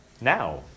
now